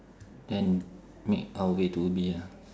and make our way to ubi ah